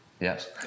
yes